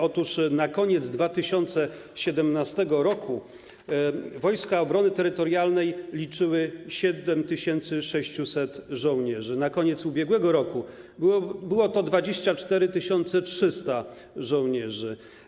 Otóż na koniec 2017 r. Wojska Obrony Terytorialnej liczyły 7600 żołnierzy, na koniec ubiegłego roku było to 24 300 żołnierzy.